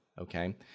okay